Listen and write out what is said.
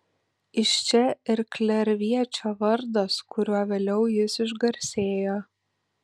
iš čia ir klerviečio vardas kuriuo vėliau jis išgarsėjo